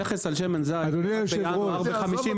המכס על שמן זית עלה בינואר ב-50%,